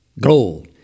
gold